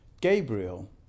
Gabriel